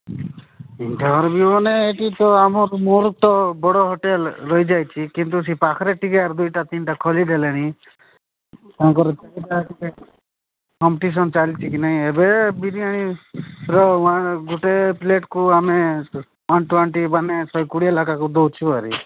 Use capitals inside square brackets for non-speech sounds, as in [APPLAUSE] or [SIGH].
[UNINTELLIGIBLE] ବି ମାନେ ଏଠି ତ ଆମ ମୋର ତ ବଡ଼ ହୋଟେଲ୍ ରହିଯାଇଛିି କିନ୍ତୁ ସେ ପାଖରେ ଟିକେ ଆର୍ ଦୁଇଟା ତିନିଟା ଖୋଲିଦେଲେଣି ତାଙ୍କର କମ୍ପିଟିସନ୍ ଚାଲିଛିି କି ନାହିଁ ଏବେ ବିରିୟାନିର ଗୋଟେ ପ୍ଲେଟ୍କୁ ଆମେ ୱାନ୍ ଟ୍ୱେଣ୍ଟି ମାନେ ଶହେ କୋଡ଼ିଏ ଲଖାକୁ ଦେଉଛୁ ଆରି